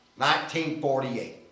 1948